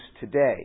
today